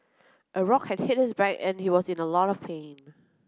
a rock had hit his back and he was in a lot of pain